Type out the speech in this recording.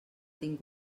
tinc